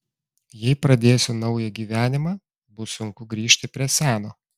jei pradėsiu naują gyvenimą bus sunku grįžt prie seno